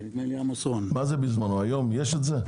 היום יש את זה?